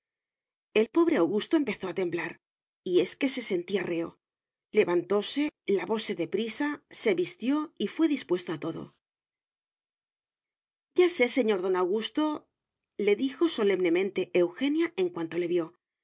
el pobre augusto empezó a temblar y es que se sentía reo levantóse lavóse de prisa se vistió y fué dispuesto a todo ya sé señor don augustole dijo solemnemente eugenia en cuanto le vio